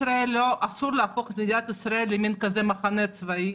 אסור להפוך את מדינת ישראל למחנה צבאי,